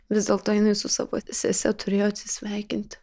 vis dėlto jinai su savo sese turėjo atsisveikinti